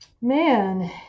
man